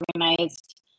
organized